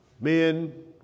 men